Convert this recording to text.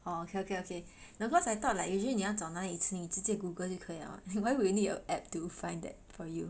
orh okay okay okay no cause I thought like usually 你要找哪里吃你直接 Google 就可以了 [what] why would you need an app to find that for you